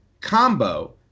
combo